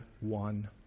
one